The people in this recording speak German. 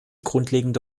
grundlegende